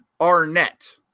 Arnett